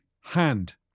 hand